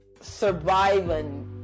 surviving